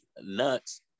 nuts